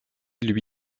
lui